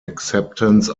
acceptance